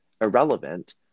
irrelevant